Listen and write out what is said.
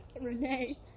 Renee